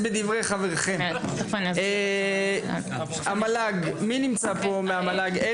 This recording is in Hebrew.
נציגת המל"ג,